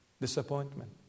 disappointment